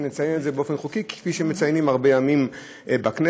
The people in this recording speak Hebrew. שנציין את זה כחוק, כפי שמציינים הרבה ימים בכנסת.